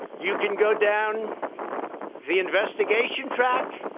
you can go down the investigation track.